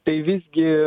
tai visgi